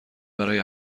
برای